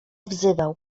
wzywał